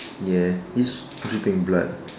ya he's dripping bleed